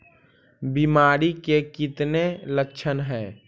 बीमारी के कितने लक्षण हैं?